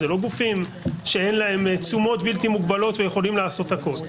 זה לא גופים שאין להם תשומות בלתי מוגבלות ויכולים לעשות הכול.